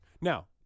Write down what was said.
now